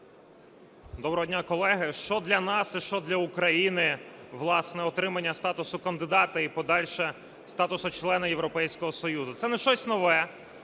Доброго дня, колеги! Що для нас і що для України, власне, отримання статусу кандидата і подальше статусу члена Європейського Союзу? Це не щось нове,